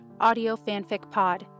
audiofanficpod